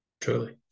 truly